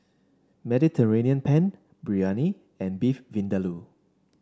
Mediterranean Penne Biryani and Beef Vindaloo